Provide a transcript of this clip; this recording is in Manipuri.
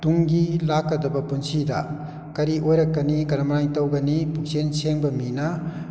ꯇꯨꯡꯒꯤ ꯂꯥꯛꯀꯗꯕ ꯄꯨꯟꯁꯤꯗ ꯀꯔꯤ ꯑꯣꯏꯔꯛꯀꯅꯤ ꯀꯔꯝꯍꯥꯏꯅ ꯇꯧꯒꯅꯤ ꯄꯨꯛꯆꯦꯟ ꯁꯦꯡꯕ ꯃꯤꯅ